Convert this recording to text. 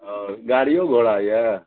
आओर गाड़ियो घोड़ा यऽ